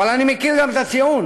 אבל אני מכיר גם את הטיעון